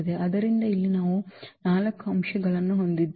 ಆದ್ದರಿಂದ ಇಲ್ಲಿ ನಾವು 4 ಅಂಶಗಳನ್ನು ಹೊಂದಿದ್ದೇವೆ